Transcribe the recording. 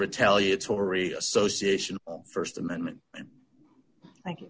retaliatory association st amendment thank you